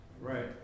Right